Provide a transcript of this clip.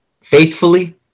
faithfully